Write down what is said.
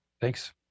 thanks